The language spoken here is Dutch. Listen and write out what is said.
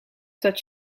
dat